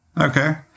Okay